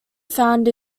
found